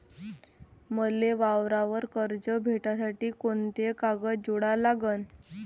मले वावरावर कर्ज भेटासाठी कोंते कागद जोडा लागन?